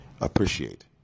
appreciate